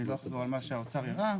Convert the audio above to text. לא אחזור על מה שהאוצר הראה,